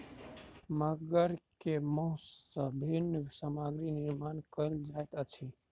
मगर के मौस सॅ विभिन्न सामग्री निर्माण कयल जाइत अछि